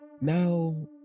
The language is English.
now